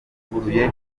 ivuguruye